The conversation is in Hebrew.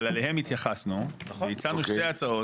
אליהם התייחסנו והצעתי שתי הצעות,